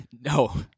No